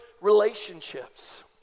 relationships